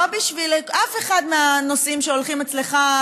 לא בשביל אף אחד מהנושאים שהולכים אצלך,